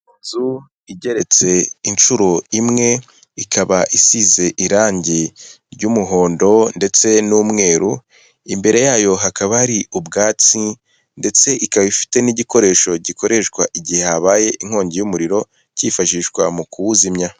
Inzu igeretse inshuro imwe ikaba isize irangi ry'umuhondo ndetse n'umweru, imbere yayo hakaba hari ubwatsi ndetse ikaba ifite n'igikoresho gikoreshwa igihe habaye inkongi y'umuriro cyifashishwa mu kuwuzimya.